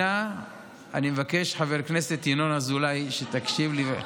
אני מבקש, חבר הכנסת ינון אזולאי, שתקשיב לי.